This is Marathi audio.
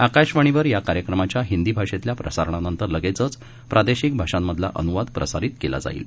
आकाशवाणीवरयाकार्यक्रमाच्याहिंदीभाषेतल्याप्रसारणानंतर लगेचचप्रादेशिकभाषांमधलाअन्वादप्रसारितकेलाजाईल